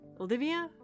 Olivia